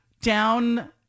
down